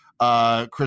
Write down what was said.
Chris